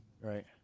Right